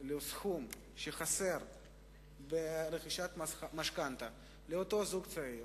לסכום שחסר מרכישת משכנתה לאותו זוג צעיר,